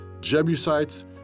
Jebusites